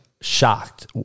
shocked